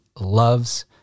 loves